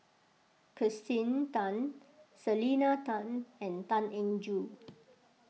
Kirsten Tan Selena Tan and Tan Eng Joo